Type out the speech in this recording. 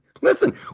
Listen